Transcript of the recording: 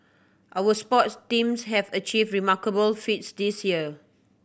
our sports teams have achieved remarkable feats this year